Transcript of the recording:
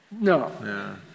No